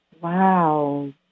Wow